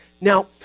Now